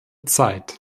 zeit